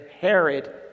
Herod